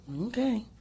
Okay